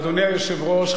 אדוני היושב-ראש,